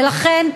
ולכן,